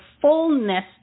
fullness